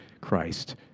Christ